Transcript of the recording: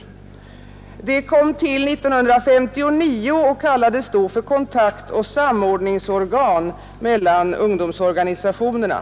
Rådet tillsattes år 1959 och kallades då kontaktoch samordningsorgan mellan ungdomsorganisationerna.